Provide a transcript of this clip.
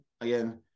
Again